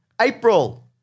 April